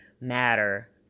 Matter